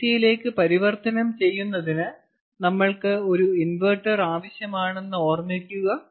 എസിയിലേക്ക് പരിവർത്തനം ചെയ്യുന്നതിന് നമ്മൾക്ക് ഒരു ഇൻവെർട്ടർ ആവശ്യമാണെന്ന് ഓർമ്മിക്കുക